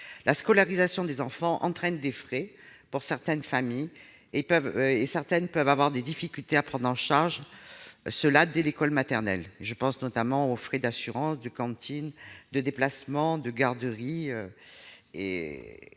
La scolarisation des enfants entraîne des frais que certaines familles peuvent avoir des difficultés à prendre en charge, et ce dès l'école maternelle. Je pense notamment aux frais d'assurance, de cantine, de déplacement, de garderie